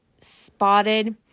spotted